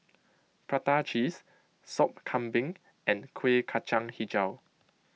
Prata Cheese Sop Kambing and Kueh Kacang HiJau